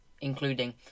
including